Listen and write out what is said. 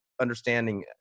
understanding